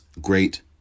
great